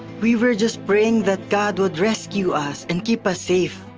we were just praying that god would rescue us and keep us safe.